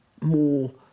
more